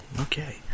Okay